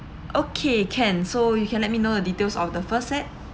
okay can so you can let me know the details of the first set